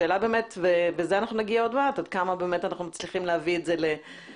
השאלה ולזה נגיע עוד מעט עד כמה אנחנו מצליחים להביא את זה למציאות.